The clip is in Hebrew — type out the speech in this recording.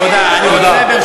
תודה רבה.